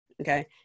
Okay